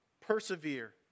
Persevere